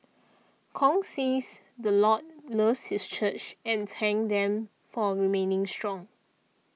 Kong says the Lord loves this church and thanked them for remaining strong